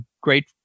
great